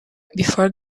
before